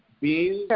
beans